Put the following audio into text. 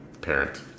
parent